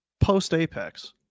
post-Apex